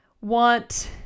want